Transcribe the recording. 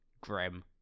grim